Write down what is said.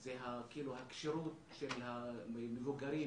זה כאילו הכשירות של מבוגרים